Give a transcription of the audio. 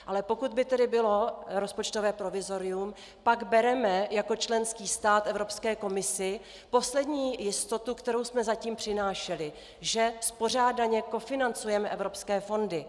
Ale pokud by tedy bylo rozpočtové provizorium, pak bereme jako členský stát Evropské komisi poslední jistotu, kterou jsme zatím přinášeli že spořádaně kofinancujeme evropské fondy.